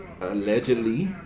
allegedly